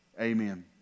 Amen